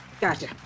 Gotcha